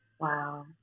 Wow